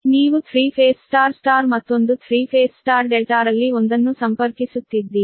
ನೀವು three phase Y Y ಮತ್ತೊಂದು three phase Y ∆ ರಲ್ಲಿ ಒಂದನ್ನು ಸಂಪರ್ಕಿಸುತ್ತಿದ್ದೀರಿ